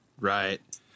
Right